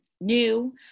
new